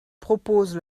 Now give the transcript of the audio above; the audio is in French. propose